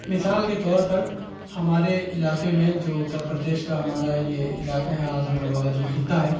مثال کے طور پر ہمارے علاقے میں جو اتر پردیش کا ہمارا یہ علاقہ ہے اعظم گڑھ والا جو خطہ ہے